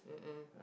mmhmm